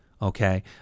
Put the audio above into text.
Okay